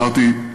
אמרתי: